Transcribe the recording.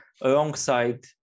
alongside